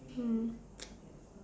mm